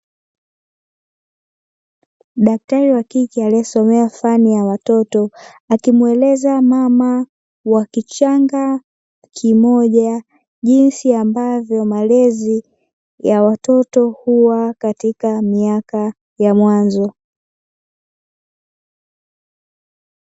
Daktari wa kike aliyesomea fani ya watoto, akimweleza mama wa kichanga kimoja, jinsi ambavyo malezi ya watoto huwa katika miaka ya mwanzo.